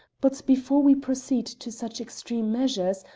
but, before we proceed to such extreme measures,